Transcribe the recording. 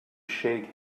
shake